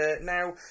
now